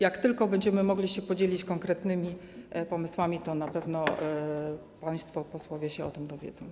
Jak tylko będziemy mogli się podzielić konkretnymi pomysłami, to na pewno państwo posłowie się o tym dowiedzą.